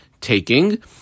taking